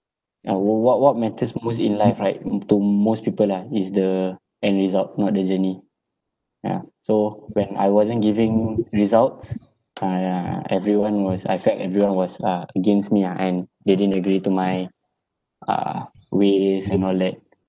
ya wh~ what what matters most in life right to most people ah is the end result not the journey ah so when I wasn't giving results ah ya everyone was I felt everyone was uh against me ah and they didn't agree to my uh ways and all that